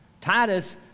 Titus